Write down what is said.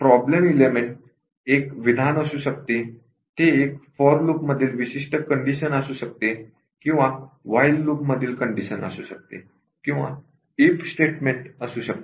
problem element एक विधान for loop मधील विशिष्ट कंडिशन व्हाइल लूप मधील कंडिशन किंवा इफ स्टेटमेंट असू शकते